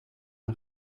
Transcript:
een